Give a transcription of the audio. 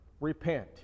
repent